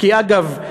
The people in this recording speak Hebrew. כי, אגב,